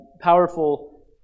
powerful